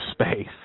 space